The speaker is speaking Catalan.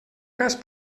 cas